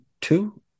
two